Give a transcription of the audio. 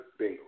Bengals